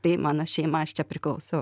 tai mano šeima aš čia priklausau